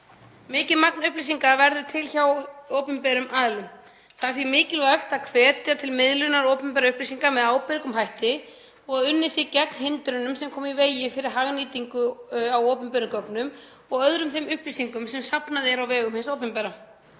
Mikið magn upplýsinga verður til hjá opinberum aðilum. Það er því mikilvægt að hvetja til miðlunar opinberra upplýsinga með ábyrgum hætti og að unnið sé gegn hindrunum sem koma í veg fyrir hagnýtingu á opinberum gögnum og öðrum þeim upplýsingum sem safnað er á vegum hins opinbera.